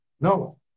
No